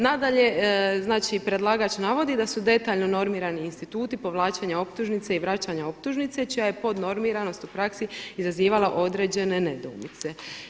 Nadalje, znači predlagač navodi da su detaljno normirani instituti povlačenja optužnice i vračanja optužnice čija je podnormiranost u praksi izazivala određene nedoumice.